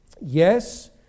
Yes